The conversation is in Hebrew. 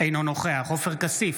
אינו נוכח עופר כסיף,